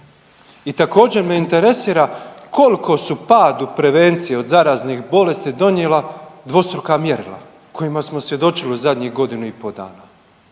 I također me interesira koliko su padu prevencije od zaraznih bolesti donijela dvostruka mjerila kojima smo svjedočili u zadnjih godinu i po dana.